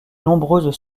nombreuses